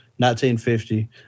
1950